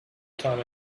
time